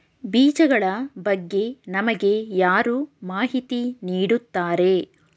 ಬೀಜಗಳ ಬಗ್ಗೆ ನಮಗೆ ಯಾರು ಮಾಹಿತಿ ನೀಡುತ್ತಾರೆ?